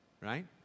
right